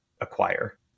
acquire